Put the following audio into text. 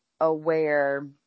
aware